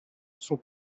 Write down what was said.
sont